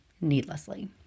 needlessly